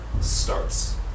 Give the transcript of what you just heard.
starts